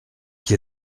qui